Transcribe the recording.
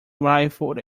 rifle